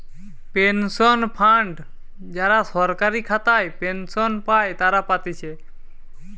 pension fund যারা সরকারি খাতায় পেনশন পাই তারা পাতিছে